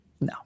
No